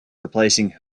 replacing